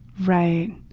right,